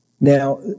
Now